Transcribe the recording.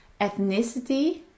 Ethnicity